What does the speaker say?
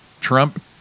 trump